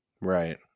Right